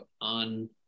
on